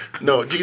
No